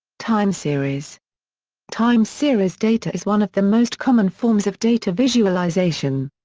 time-series time-series data is one of the most common forms of data visualization.